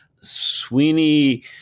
Sweeney